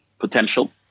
potential